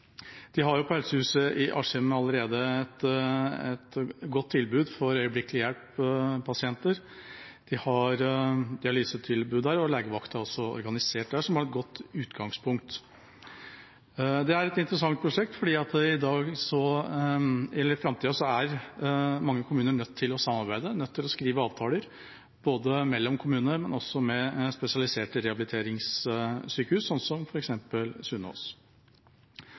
de allerede et godt tilbud om øyeblikkelig hjelp til pasienter, de har dialysetilbud der, og legevakten er også organisert der, så de har et godt utgangspunkt. Det er et interessant prosjekt, for i framtida er mange kommuner nødt til å samarbeide, nødt til å skrive avtaler, både mellom kommuner og med spesialiserte rehabiliteringssykehus, som